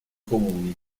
comuni